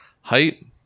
Height